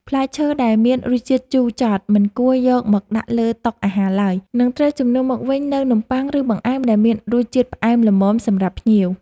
ផ្លែឈើដែលមានរសជាតិជូរចត់មិនគួរយកមកដាក់លើតុអាហារឡើយ និងត្រូវជំនួសមកវិញនូវនំបុ័ង ឬបង្អែមដែលមានរសជាតិផ្អែមល្មមសម្រាប់ភ្ញៀវ។